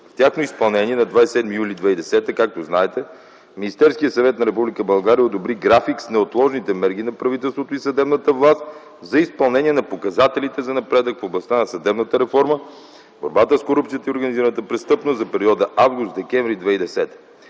В тяхно изпълнение на 27 юли 2010 г., както знаете, Министерският съвет на Република България одобри График с неотложните мерки на правителството и съдебната власт за изпълнение на показателите за напредък в областта на съдебната реформа в борбата с корупцията и организираната престъпност за периода август-декември 2010